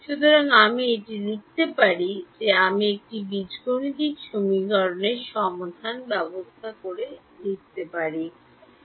সুতরাং আমি এটি লিখতে পারি আমি এটি বীজগণিত সমীকরণের ব্যবস্থা হিসাবে লিখতে পারি ঠিক আছে